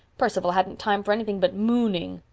perceval hadn't time for anything but mooning.